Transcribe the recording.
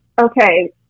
okay